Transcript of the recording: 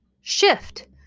shift